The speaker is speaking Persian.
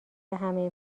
همه